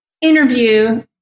interview